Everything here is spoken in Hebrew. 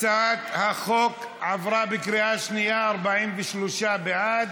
הצעת החוק עברה בקריאה שנייה: 43 בעד,